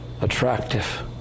attractive